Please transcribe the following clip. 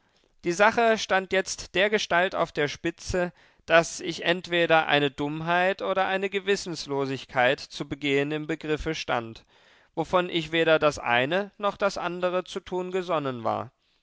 die sache stand jetzt dergestalt auf der spitze daß ich entweder eine dummheit oder eine gewissenlosigkeit zu begehen im begriffe stand wovon ich weder das eine noch das andere zu tun gesonnen war